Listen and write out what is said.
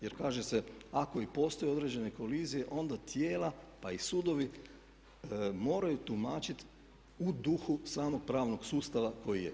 Jer kaže se ako i postoje određene kolizije onda tijela pa i sudovi moraju tumačiti u duhu samog pravnog sustava koji je.